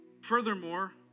Furthermore